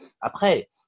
Après